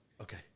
okay